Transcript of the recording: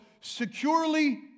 securely